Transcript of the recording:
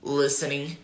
listening